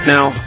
Now